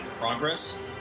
progress